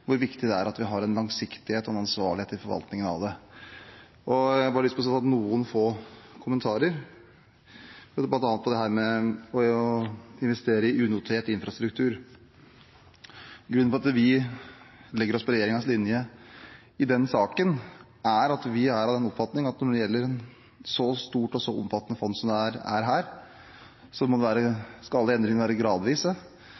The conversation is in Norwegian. en ansvarlighet i forvaltningen av det. Jeg har bare lyst til å komme med noen få kommentarer, bl.a. om dette med å investere i unotert infrastruktur. Grunnen til at vi legger oss på regjeringens linje i den saken, er at vi er av den oppfatning at når det gjelder et så stort og omfattende fond som dette, må alle endringene være gradvise og kunnskapsbaserte – vi må være helt sikre på hva vi gjør. Så jeg er ikke sikker på at man er